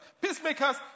Peacemakers